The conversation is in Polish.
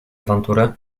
awantury